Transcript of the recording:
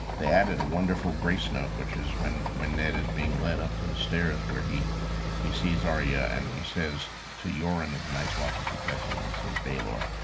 they added a wonderful grace note, which is when when ned is being led up to the stairs where he he sees arya and he says to yoren of the night's watch as he passes him he says, baylor,